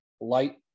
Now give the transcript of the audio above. light